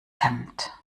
hemd